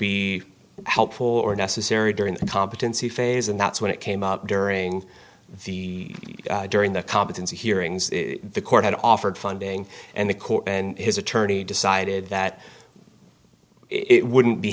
be helpful or necessary during the competency phase and that's when it came up during the during the competency hearings the court had offered funding and the court and his attorney decided that it wouldn't be